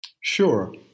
Sure